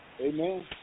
Amen